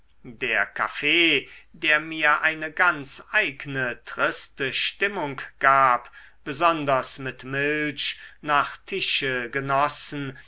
der kaffee der mir eine ganz eigne triste stimmung gab besonders mit milch nach tische genossen